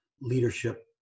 leadership